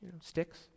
sticks